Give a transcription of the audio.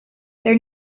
their